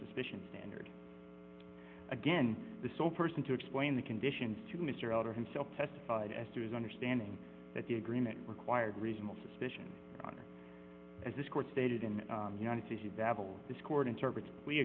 suspicion standard again the sole person to explain the conditions to mr elder himself testified as to his understanding that the agreement required reasonable suspicion as this court stated in the united states to babble this court interpretes we